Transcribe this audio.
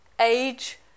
age